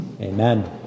Amen